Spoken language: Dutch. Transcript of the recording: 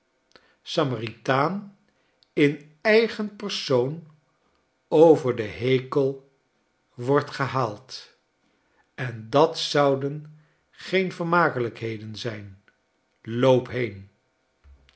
samaritaan in eigen persoon over den hekel wordt gehaald en dat zouden geen vermakelijkheden zijn loop heen